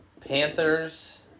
Panthers